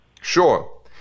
Sure